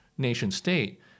Nation-state